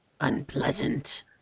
Unpleasant